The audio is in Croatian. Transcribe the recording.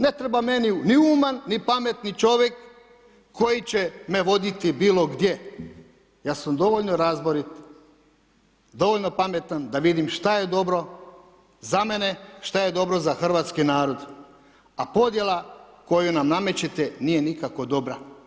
Ne treba meni ni uman ni pametni čovjek koji će me voditi bilogdje, ja sam dovoljno razborit, dovoljno pametan da vidim šta je dobro za mene, šta he dobro za hrvatski narod a podjela koju nam namećete nije nikako dobra.